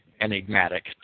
enigmatic